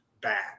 bad